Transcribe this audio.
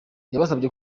yabasabye